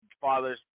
father's